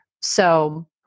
So-